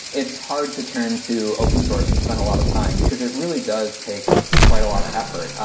it's hard to turn to open source and spend a lot of time, because it really does take quite a lot of effort.